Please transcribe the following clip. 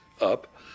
up